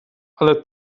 ale